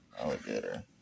alligator